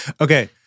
Okay